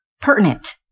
pertinent